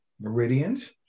meridians